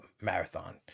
marathon